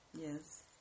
Yes